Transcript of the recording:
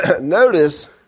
notice